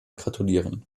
gratulieren